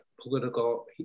political